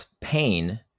pain